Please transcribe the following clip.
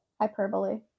hyperbole